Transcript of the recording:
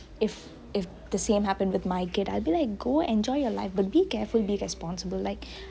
if if the same happened with my kid I will be like go enjoy your life but be careful be responsible